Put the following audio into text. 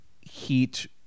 heat